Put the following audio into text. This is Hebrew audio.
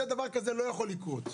דבר כזה לא יכול לקרות.